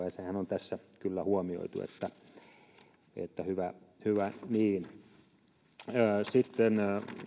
ja sehän on tässä kyllä huomioitu hyvä hyvä niin sitten